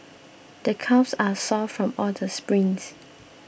the calves are sore from all the sprints